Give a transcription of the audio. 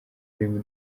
rurimi